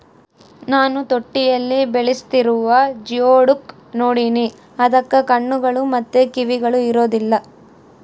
ನಾನು ತೊಟ್ಟಿಯಲ್ಲಿ ಬೆಳೆಸ್ತಿರುವ ಜಿಯೋಡುಕ್ ನೋಡಿನಿ, ಅದಕ್ಕ ಕಣ್ಣುಗಳು ಮತ್ತೆ ಕಿವಿಗಳು ಇರೊದಿಲ್ಲ